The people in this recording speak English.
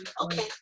Okay